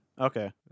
Okay